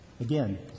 Again